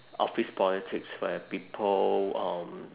office politics where people um